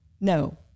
No